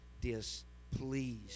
displeased